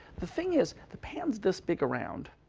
the thing is, the pan's this big around.